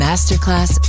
Masterclass